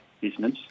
business